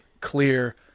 clear